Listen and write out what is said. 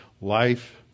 life